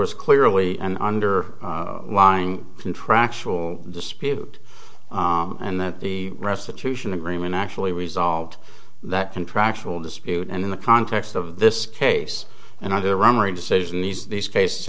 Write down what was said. was clearly an under lying contractual dispute and that the restitution agreement actually resolved that contractual dispute and in the context of this case and other rummery decision these these case